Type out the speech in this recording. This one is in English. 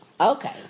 Okay